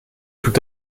tout